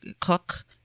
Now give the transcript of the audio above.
cook